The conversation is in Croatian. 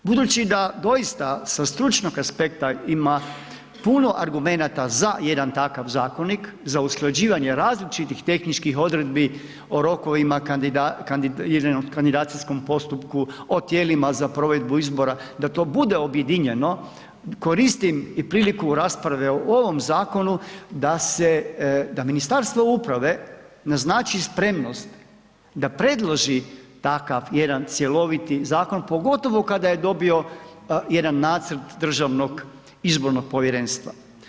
Budući da doista s stručnog aspekta ima puno argumenata za jedan takav zakonik, za usklađivanje različitih tehničkih odredbi o rokovima, jedinom kandidacijskoj postupku, o tijelima za provedbu izbora, da to bude objedinjeno, koristim i priliku rasprave o ovom zakonu da se, da Ministarstvo uprave naznači spremnost da predloži takav jedan cjeloviti zakon, pogotovo kada je dobio jedan nacrt Državnog izbornog povjerenstva.